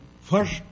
first